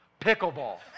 Pickleball